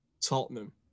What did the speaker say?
Tottenham